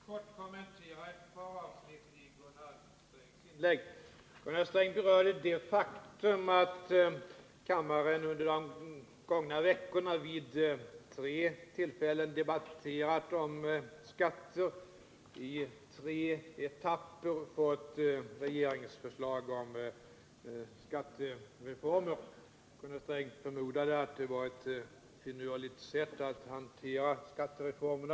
Herr talman! Jag vill kort kommentera ett par avsnitt i Gunnar Strängs inlägg. Gunnar Sträng berörde det faktum att kammaren under de gångna veckorna vid tre tillfällen har debatterat om skatter, i tre etapper har fått regeringsförslag om skattereformer. Gunnar Sträng förmodade att det var ett finurligt sätt att hantera skattereformerna.